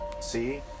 See